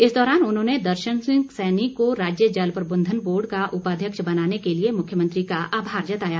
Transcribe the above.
इस दौरान उन्होंने दर्शन सिंह सैनी को राज्य जल प्रबंधन बोर्ड का उपाध्यक्ष बनाने के लिए मुख्यमंत्री का आभार जताया